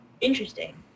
interesting